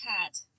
Cat